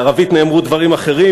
שבערבית נאמרו דברים אחרים,